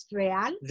real